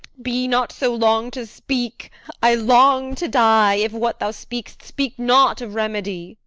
be not so long to speak i long to die, if what thou speak'st speak not of remedy.